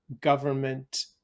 government